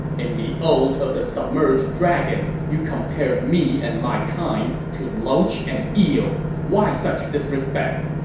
in the ode of the submerged dragon, you compared me and my kind to loach and eel. why such disrespect!